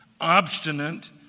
obstinate